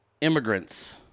immigrants